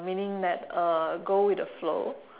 meaning that uh go with the flow